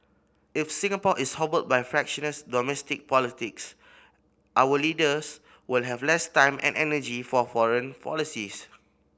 if Singapore is hobbled by fractious domestic politics our leaders will have less time and energy for foreign policies